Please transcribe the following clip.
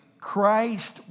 Christ